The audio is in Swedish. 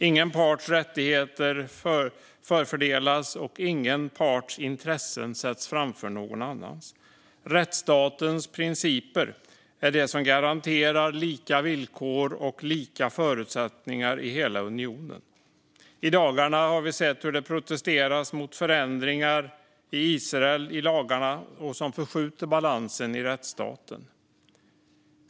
Ingen parts rättigheter förfördelas, och ingen parts intressen sätts framför någon annans intressen. Rättsstatens principer är det som garanterar lika villkor och lika förutsättningar i hela unionen. I dagarna har vi sett hur det i Israel protesteras mot förändringar i lagarna som förskjuter balansen i rättsstaten.